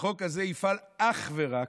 שהחוק הזה יפעל אך ורק,